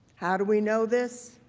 how do we know this?